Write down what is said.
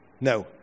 No